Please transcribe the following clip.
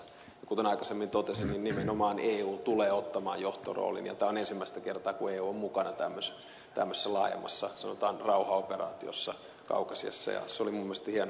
kuten aikaisemmin totesin nimenomaan eu tulee ottamaan johtoroolin ja tämä on ensimmäinen kerta kun eu on mukana tämmöisessä laajemmassa sanotaan rauhanoperaatiossa kaukasiassa ja se oli minun mielestäni hieno asia